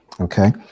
okay